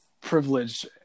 privilege